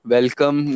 Welcome